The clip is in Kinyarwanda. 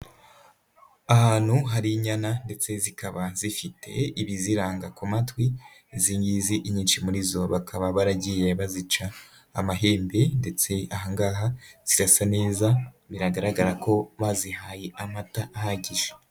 Ahantu hari inyana ndetse zikaba zifite ibiziranga ku matwi, izi ngizi inyinshi muri zo bakaba baragiye bazica amahembe ndetse aha ngaha zirasa neza, biragaragara ko bazihaye amata ahagije.